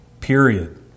period